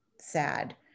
sad